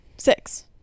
Six